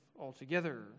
altogether